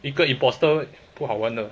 一个 impostor 不好玩的